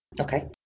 Okay